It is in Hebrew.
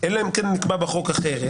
אלא אם כן נקבע בו אחרת